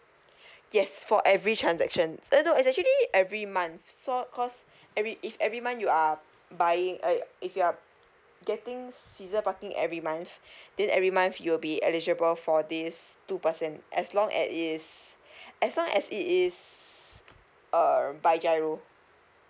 yes for every transactions uh no is actually every month so cause every if every motnh you are buying uh if you are getting season parking every month then every month you will be eligible for this two percent as long at is as long as it is err by giro